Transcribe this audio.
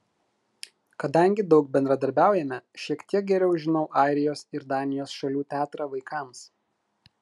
kadangi daug bendradarbiaujame šiek tiek geriau žinau airijos ir danijos šalių teatrą vaikams